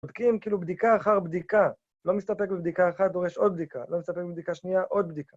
‫בודקים כאילו בדיקה אחר בדיקה, ‫לא מסתפק בבדיקה אחת, ‫דורש עוד בדיקה, ‫לא מסתפק בבדיקה שנייה, עוד בדיקה.